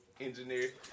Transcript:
Engineer